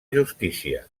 justícia